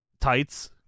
tights